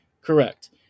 correct